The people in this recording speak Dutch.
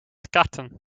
karten